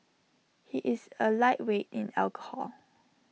he is A lightweight in alcohol